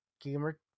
gamer